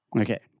Okay